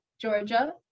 Georgia